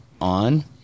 on